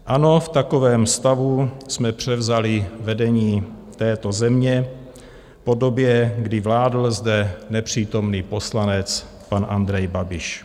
Ano, v takovém stavu jsme převzali vedení této země po době, kdy vládl zde nepřítomný poslanec pan Andrej Babiš.